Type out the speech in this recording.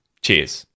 Cheers